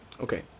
Okay